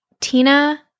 Tina